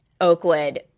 Oakwood